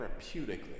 therapeutically